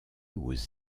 aux